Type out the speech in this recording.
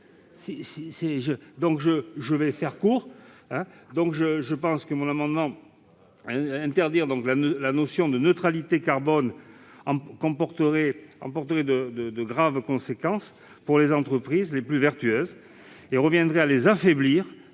ne dirai que quelques mots : interdire la notion de neutralité carbone emporterait de graves conséquences pour les entreprises les plus vertueuses et reviendrait à les affaiblir